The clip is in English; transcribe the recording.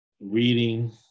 reading